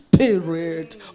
Spirit